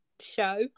show